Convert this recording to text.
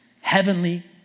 Heavenly